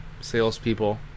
salespeople